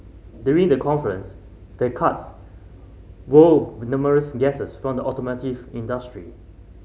during the conference the karts wowed numerous guests from the automotive industry